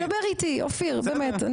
תדבר איתי אופיר באמת,